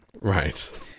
Right